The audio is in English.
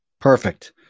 Perfect